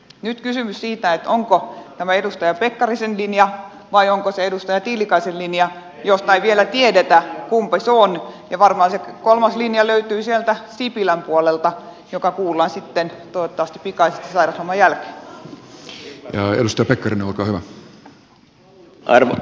nyt kysymys on siitä onko tämä edustaja pekkarisen linja vai edustaja tiilikaisen linja josta ei vielä tiedetä kumpi se on ja varmaan se kolmas linja löytyy sieltä sipilän puolelta joka kuullaan sitten toivottavasti pikaisesti sairausloman jälkeen